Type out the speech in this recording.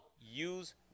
use